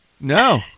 No